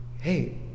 hey